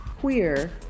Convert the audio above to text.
queer